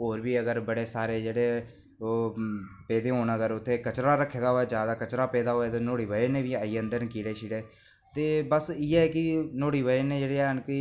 होर बी अगर बड़े सारे जेह्ड़े ओह् पेदे होन अगर ते कचरा रक्खे दा होऐ ते नुहाड़ी बजह नै बी आई जंदे न कीड़े ते बस इयै की नुहाड़ी बजह कन्नै हैन भी